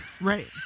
Right